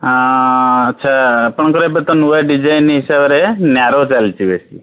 ହଁ ଆଚ୍ଛା ଆପଣଙ୍କର ଏବେ ତ ନୂଆ ଡିଜାଇନ୍ ହିସାବରେ ନ୍ୟାରୋ ଚାଲିଛି ବେଶି